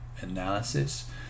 analysis